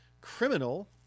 criminal